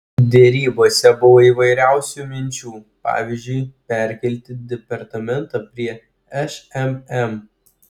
derybose buvo įvairiausių minčių pavyzdžiui perkelti departamentą prie šmm